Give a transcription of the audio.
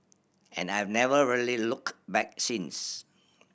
and I've never really looked back since